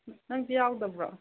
ꯅꯪꯗꯤ ꯌꯥꯎꯗꯕ꯭ꯔꯣ